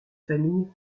famille